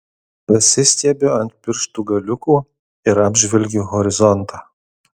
pasistiebiu ant pirštų galiukų ir apžvelgiu horizontą